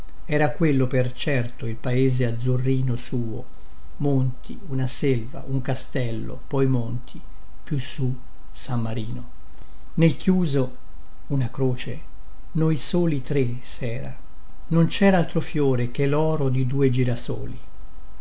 era quello per certo il paese azzurrino suo monti una selva un castello poi monti più su san marino il nel chiuso una croce noi soli tre sera non cera altro fiore che loro di due girasoli